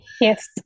yes